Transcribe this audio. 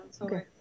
Okay